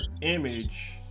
image